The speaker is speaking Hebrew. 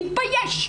מתבייש,